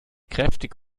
kräftig